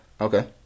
okay